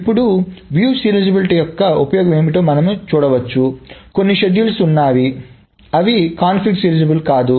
ఇప్పుడు వీక్షణ సీరియలైజబిలిటీ యొక్క ఉపయోగం ఏమిటో మనం చూడవచ్చు కొన్ని షెడ్యూల్లు ఉన్నాయి అవి కాన్ఫ్లిక్ట్ సీరియలైజబుల్ కాదు